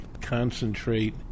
concentrate